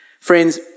Friends